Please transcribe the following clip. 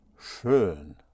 schön